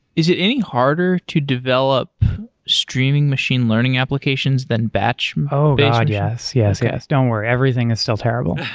is it any harder to develop streaming machine learning applications than batch-based oh, god! yes. yes. yes. don't worry. everything is still terrible,